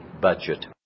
budget